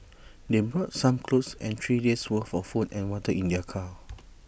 they brought some clothes and three days' worth for food and water in their car